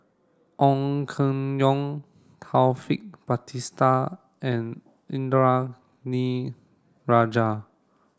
Ong Keng Yong Taufik Batisah and Indranee Rajah